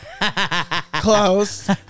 Close